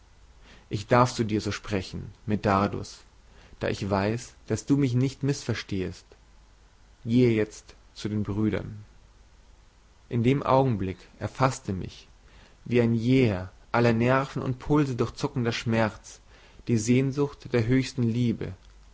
ich darf zu dir so sprechen medardus da ich weiß daß du mich nicht mißverstehest gehe jetzt zu den brüdern in dem augenblick erfaßte mich wie ein jäher alle nerven und pulse durchzuckender schmerz die sehnsucht der höchsten liebe